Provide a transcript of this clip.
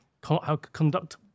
conduct